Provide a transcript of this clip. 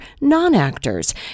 non-actors